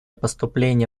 поступлений